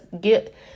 get